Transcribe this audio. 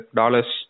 dollars